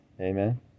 amen